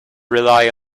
rely